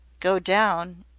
go down!